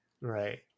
Right